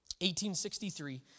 1863